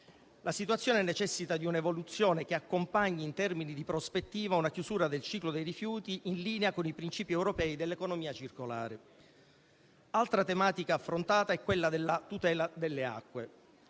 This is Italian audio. La situazione necessita di un'evoluzione che accompagni in termini di prospettiva una chiusura del ciclo dei rifiuti in linea con i principi europei dell'economia circolare. Altra tematica affrontata è quella della tutela delle acque.